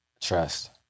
Trust